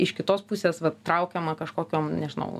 iš kitos pusės vat traukiama kažkokiom nežinau